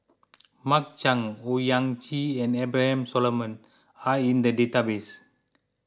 Mark Chan Owyang Chi and Abraham Solomon are in the database